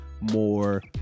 more